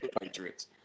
Patriots